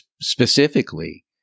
specifically